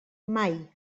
mai